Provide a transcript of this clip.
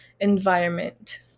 environment